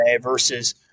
versus